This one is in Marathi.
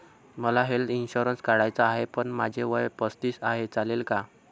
मला हेल्थ इन्शुरन्स काढायचा आहे पण माझे वय पस्तीस आहे, चालेल का?